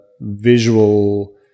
visual